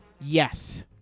Yes